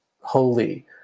holy